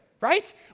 right